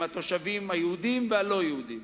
עם התושבים היהודים והלא-יהודים.